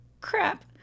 Crap